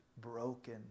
broken